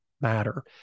matter